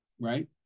right